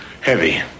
Heavy